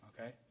Okay